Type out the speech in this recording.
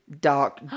Dark